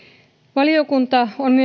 valiokunta on